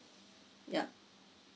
yup